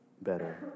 better